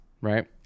right